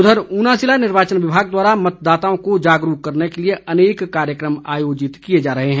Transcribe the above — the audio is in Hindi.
उधर ऊना जिला निर्वाचन विभाग द्वारा मतदाताओं को जागरूक करने के लिए अनेक कार्यक्रम आयोजित किए जा रहे हैं